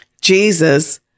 Jesus